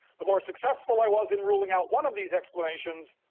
the more successful i was in ruling out one of these explanations,